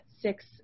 six